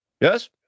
Yes